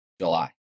july